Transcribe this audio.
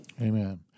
Amen